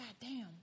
goddamn